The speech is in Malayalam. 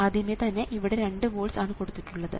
ആദ്യമേ തന്നെ ഇവിടെ 2 വോൾട്സ് ആണ് കൊടുത്തിട്ടുള്ളത്